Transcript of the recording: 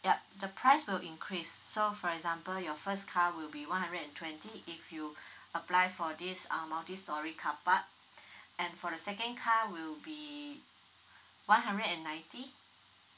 yup the price will increase so for example your first car will be one hundred and twenty if you apply for this um multi storey car park and for the second car will be one hundred and ninety